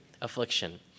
affliction